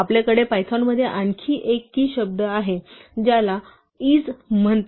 आपल्याकडे पायथॉनमध्ये आणखी एक की शब्द आहे ज्याला is' म्हणतात